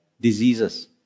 diseases